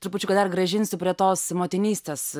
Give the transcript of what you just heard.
trupučiuką dar grąžinsiu prie tos motinystės